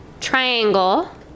Triangle